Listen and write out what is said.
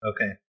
Okay